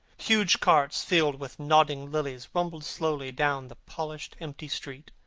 huge carts filled with nodding lilies rumbled slowly down the polished empty street.